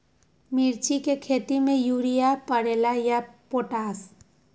मिर्ची के खेती में यूरिया परेला या पोटाश?